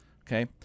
Okay